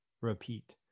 repeat